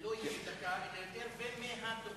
לא יהיו דקה אלא יותר, ויהיו מהדוכן.